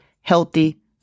healthy